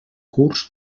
curs